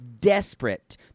desperate